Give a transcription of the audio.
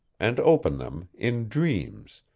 and open them, in dreams,